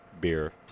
beer